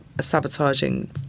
sabotaging